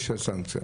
יש בחוק סנקציה.